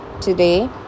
today